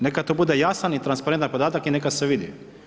Neka to bude jasan i transparentan podatak i neka se vidi.